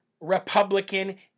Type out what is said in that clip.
Republican